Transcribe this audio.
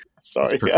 Sorry